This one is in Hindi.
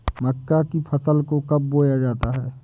मक्का की फसल को कब बोया जाता है?